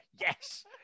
Yes